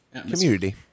community